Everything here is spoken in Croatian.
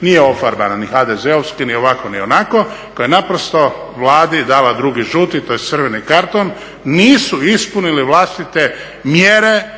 nije ofarbana ni HDZ-ovski, ni ovako, ni onako, koja je naprosto Vladi dala drugi žuti, tj. crveni karton. Nisu ispunili vlastite mjere